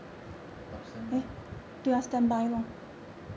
oh standby ah